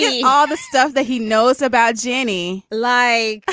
yeah ah the stuff that he knows about jenny lie.